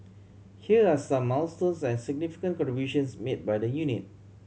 here are some milestones and significant contributions made by the unit